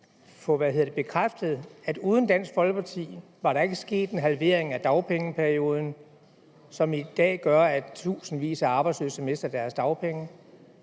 få bekræftet, at uden Dansk Folkeparti var der ikke sket en halvering af dagpengeperioden, som i dag gør, at tusindvis af arbejdsløse mister deres dagpenge;